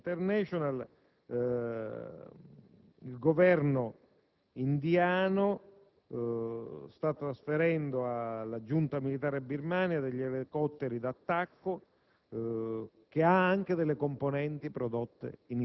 al Sottosegretario che, secondo un rapporto di Amnesty International, il Governo indiano sta trasferendo alla giunta militare birmana degli elicotteri d'attacco,